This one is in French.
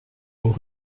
aux